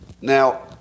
Now